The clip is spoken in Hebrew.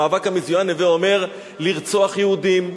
המאבק המזוין, הווי אומר: לרצוח יהודים,